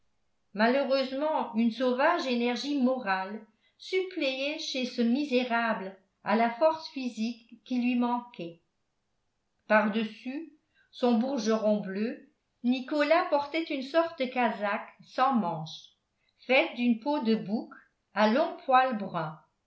malheureusement une sauvage énergie morale suppléait chez ce misérable à la force physique qui lui manquait par-dessus son bourgeron bleu nicolas portait une sorte de casaque sans manches faite d'une peau de bouc à longs poils bruns